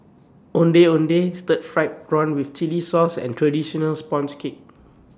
Ondeh Ondeh Stir Fried Prawn with Chili Sauce and Traditional Sponge Cake